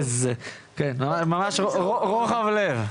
איזה רוחב לב.